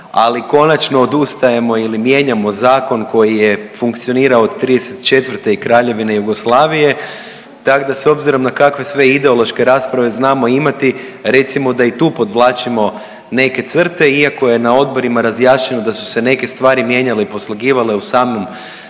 ali konačno odustajemo ili mijenjamo zakon koji je funkcionirao '34. i Kraljevine Jugoslavije, tak da s obzirom na kakve sve ideološke rasprave znamo imati recimo da i tu podvlačimo neke crte iako je na odborima razjašnjeno da su se neke stvari mijenjale i poslagivale u samom